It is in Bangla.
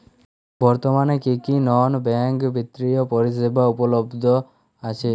বর্তমানে কী কী নন ব্যাঙ্ক বিত্তীয় পরিষেবা উপলব্ধ আছে?